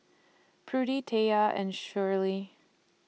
Prudie Tayla and Sheri